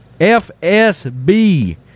FSB